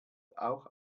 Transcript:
auch